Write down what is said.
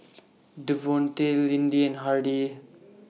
Devonte Lindy and Hardie